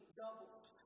doubles